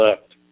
left